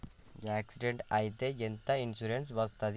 Accident అయితే ఎంత insurance వస్తది?